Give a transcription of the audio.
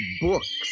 books